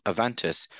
Avantis